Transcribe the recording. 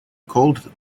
called